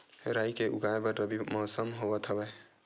राई के उगाए बर रबी मौसम होवत हवय?